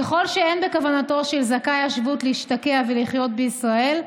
ככל שאין בכוונתו של זכאי השבות להשתקע ולחיות בישראל,